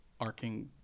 arcing